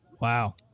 Wow